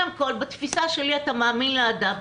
בתפיסה שלי, קודם כול אתה מאמין לאדם.